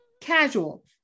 Casual